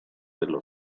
dello